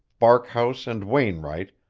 barkhouse and wainwright,